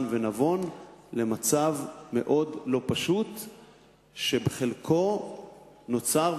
ונבון למצב מאוד לא פשוט שבחלקו נוצר,